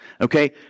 okay